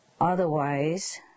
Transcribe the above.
Otherwise